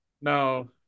No